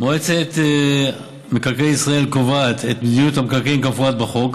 מועצת מקרקעי ישראל קובעת את מדיניות המקרקעין כמפורט בחוק.